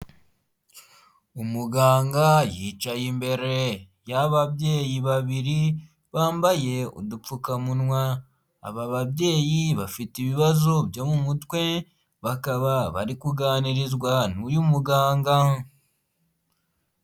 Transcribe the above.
Umuganga yicaye imbere y'ababyeyi babiri bambaye udupfukamunwa, aba babyeyi bafite ibibazo byo mu mutwe bakaba bari kuganirizwa n'uyu muganga.